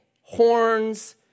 horns